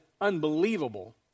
unbelievable